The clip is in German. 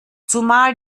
zumal